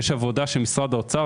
יש עבודה של משרד האוצר,